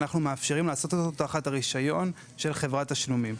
אנחנו מאפשרים לעשות אותו תחת הרישיון של חברת תשלומים.